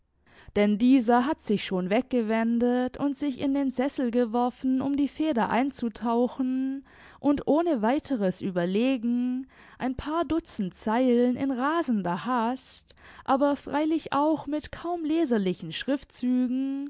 denn dieser hat sich schon weggewendet und sich in den sessel geworfen um die feder einzutauchen und ohne weiteres überlegen ein paar dutzend zeilen in rasender hast aber freilich auch mit kaum leserlichen schriftzügen